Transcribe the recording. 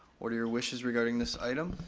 what are your wishes regarding this item?